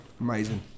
Amazing